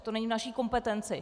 To není v naší kompetenci.